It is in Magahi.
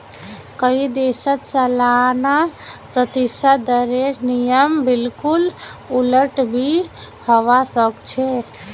कई देशत सालाना प्रतिशत दरेर नियम बिल्कुल उलट भी हवा सक छे